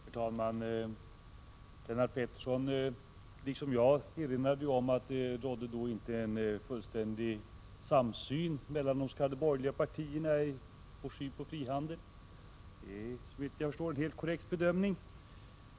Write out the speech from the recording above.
Herr talman! Lennart Pettersson erinrade, liksom jag, om att det inte 11 december 1986 rådde en fullständig samsyn mellan de borgerliga partierna i Synen på Tru do or frihandel. Det är, såvitt jag förstår, en helt korrekt bedömning.